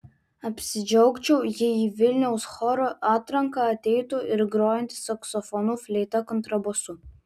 apsidžiaugčiau jei į vilniaus choro atranką ateitų ir grojantys saksofonu fleita kontrabosu